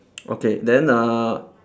okay then uh